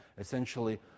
essentially